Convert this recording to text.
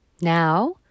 Now